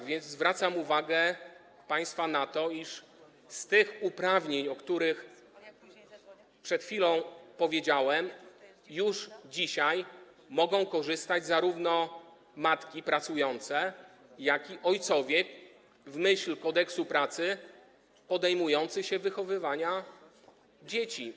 A więc zwracam uwagę państwa na to, iż z tych uprawnień, o których przed chwilą powiedziałem, już dzisiaj mogą korzystać zarówno matki pracujące, jak i ojcowie, w myśl Kodeksu pracy, podejmujący się wychowywania dzieci.